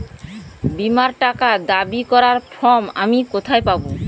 বীমার টাকা দাবি করার ফর্ম আমি কোথায় পাব?